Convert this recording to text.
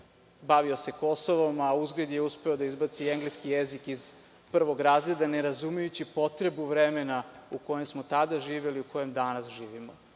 bavio se Kosovom, a uzgred je uspeo da izbaci engleski jezik iz prvog razreda, ne razumejući potrebu vremena u kojem smo tada živeli i u kojem danas živimo. Nakon